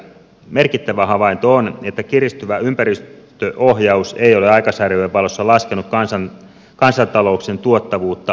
merkittävä havainto on että kiristyvä ympäristöohjaus ei ole aikasarjojen valossa laskenut kansantalouksien tuottavuutta ja kilpailukykyä